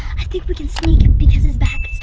i think we can sneak because his back